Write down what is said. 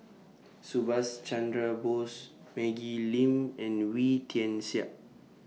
Subhas Chandra Bose Maggie Lim and Wee Tian Siak